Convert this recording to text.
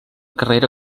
carrera